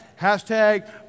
Hashtag